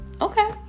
Okay